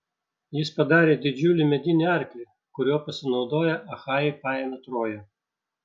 jis padarė didžiulį medinį arklį kuriuo pasinaudoję achajai paėmė troją